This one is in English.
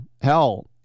hell